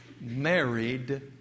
married